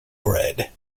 bread